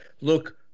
look